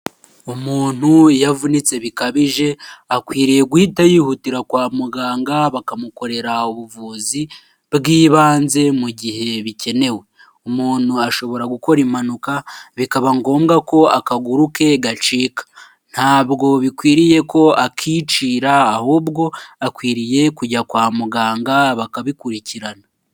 Umuntu iyo avunitse bikabije, akwiriye guhita yihutira kwa muganga, bakamukorera ubuvuzi bw'ibanze mu gihe bikenewe, umuntu ashobora gukora impanuka bikaba ngombwa ko akaguru ke gacika, ntabwo bikwiriye ko akicira ahubwo akwiriye kujya kwa muganga bakabikurikirana.